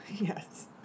Yes